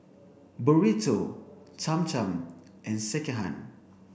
Burrito Cham Cham and Sekihan